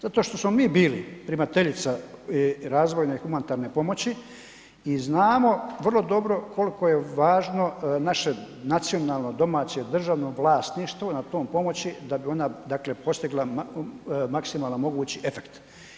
Zato što smo mi bili primateljica razvojne humanitarne pomoći i znamo vrlo dobro koliko je važno naše nacionalno, domaće, državno vlasništvo nad tom pomoći da bi ona dakle postigla maksimalno mogući efekt.